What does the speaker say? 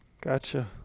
Gotcha